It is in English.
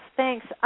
thanks